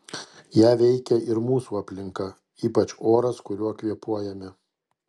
ją veikia ir mūsų aplinka ypač oras kuriuo kvėpuojame